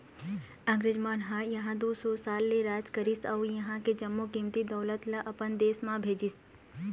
अंगरेज मन ह इहां दू सौ साल ले राज करिस अउ इहां के जम्मो कीमती दउलत ल अपन देश म भेजिस